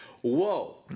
Whoa